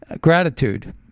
gratitude